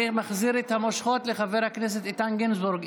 אני מחזיר את המושכות לחבר הכנסת איתן גינזבורג.